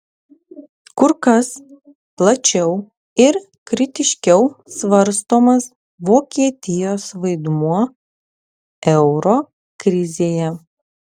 kur kas plačiau ir kritiškiau svarstomas vokietijos vaidmuo euro krizėje